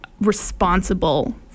responsible